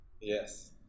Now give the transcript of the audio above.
yes